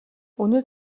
өнөө